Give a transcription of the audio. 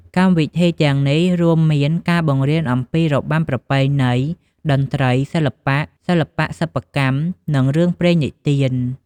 កម្មវិធីទាំងនេះរួមមានការបង្រៀនអំពីរបាំប្រពៃណី តន្ត្រី សិល្បៈ សិល្បៈសិប្បកម្ម និងរឿងព្រេងនិទាន។